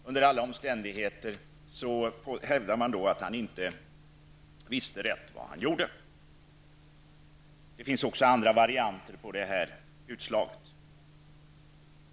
Under alla omständigheter hävdar man att han inte visste vad han gjorde. Det finns också andra varianter på utslaget.